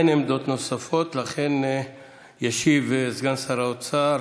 אין עמדות נוספות, לכן ישיב סגן שר האוצר